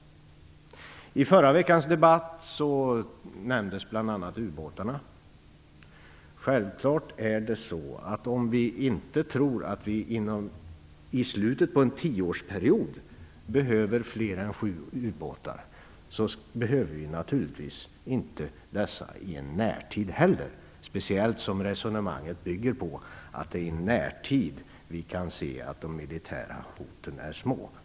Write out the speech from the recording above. I förra veckans debatt nämndes bl.a. ubåtarna. Det är självklart att om vi inte tror att vi i slutet på en tioårsperiod behöver fler än sju ubåtar behöver vi dem inte heller i en närtid, speciellt som resonemanget bygger på att vi i närtid kan se att de militära hoten är små.